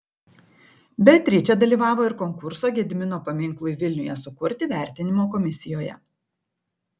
beatričė dalyvavo ir konkurso gedimino paminklui vilniuje sukurti vertinimo komisijoje